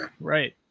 Right